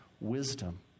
wisdom